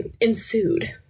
ensued